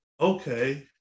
okay